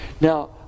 Now